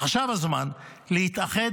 עכשיו הזמן להתאחד,